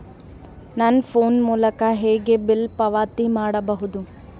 ನನ್ನ ಫೋನ್ ಮೂಲಕ ಹೇಗೆ ಬಿಲ್ ಪಾವತಿ ಮಾಡಬಹುದು?